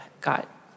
got